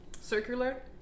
circular